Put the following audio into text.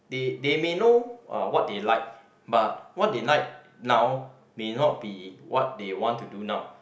they they may know uh what they like but what they like now may not be what they want to do now